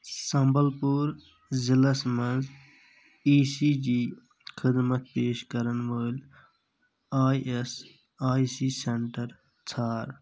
سمبَل پوٗر ضلعس مَنٛز ای سی جی خدمت پیش کران وٲلۍ I S I C centre ژھار